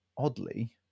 Oddly